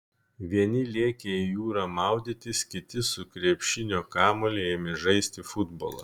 vieni lėkė į jūrą maudytis kiti su krepšinio kamuoliu ėmė žaisti futbolą